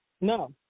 No